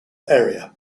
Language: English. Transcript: area